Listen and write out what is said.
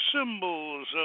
symbols